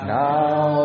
now